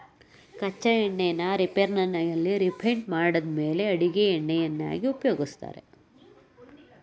ಕಚ್ಚಾ ಎಣ್ಣೆನ ರಿಫೈನರಿಯಲ್ಲಿ ರಿಫೈಂಡ್ ಮಾಡಿದ್ಮೇಲೆ ಅಡಿಗೆ ಎಣ್ಣೆಯನ್ನಾಗಿ ಉಪಯೋಗಿಸ್ತಾರೆ